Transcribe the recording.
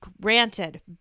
granted